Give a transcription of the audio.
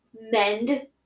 mend